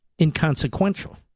inconsequential